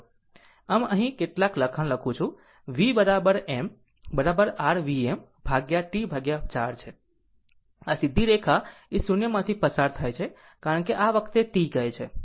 આમ અહીં કેટલાક લખાણ લખું છું કે v બરાબર m બરાબર r Vm ભાગ્યા T4 છે આ સીધી રેખા એ શૂન્યમાંથી પસાર થાય છે કારણ કે આ વખતે T કહે છે